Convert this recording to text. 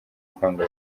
kwanga